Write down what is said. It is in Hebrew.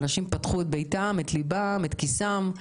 אנשים פתחו את ביתם, את ליבם ואת כיסם.